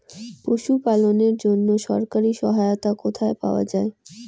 পশু পালনের জন্য সরকারি সহায়তা কোথায় পাওয়া যায়?